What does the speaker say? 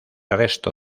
resto